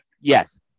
Yes